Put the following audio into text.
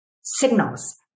signals